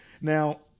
Now